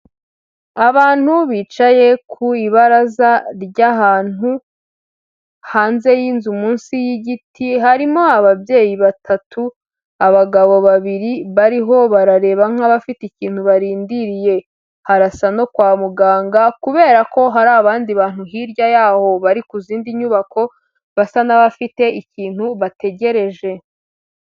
Abantu bicaye ku ibaraza ry'ahantu hanze y'inzu munsi y'igiti, harimo ababyeyi batatu, abagabo babiri bariho barareba nk'abafite ikintu barindiriye, harasa no kwa muganga kubera ko hari abandi bantu hirya yaho, bari ku zindi nyubako basa n'abafite ikintu bategereje.